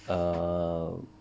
err